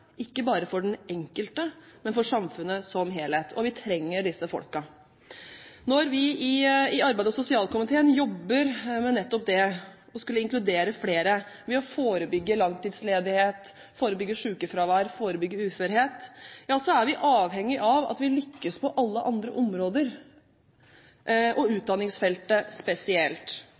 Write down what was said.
ikke bare for den enkelte, men for samfunnet som helhet. Vi trenger disse folkene. Når vi i arbeids- og sosialkomiteen jobber med nettopp det å skulle inkludere flere ved å forebygge langtidsledighet, forebygge sykefravær, forebygge uførhet, ja så er vi avhengige av at vi lykkes på alle andre områder og på utdanningsfeltet spesielt.